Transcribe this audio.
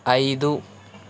ఐదు